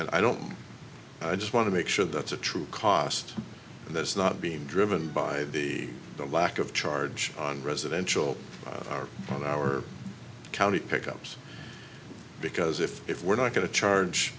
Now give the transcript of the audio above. and i don't just want to make sure that's a true cost and that's not being driven by the the lack of charge on residential or on our county pickups because if if we're not going to charge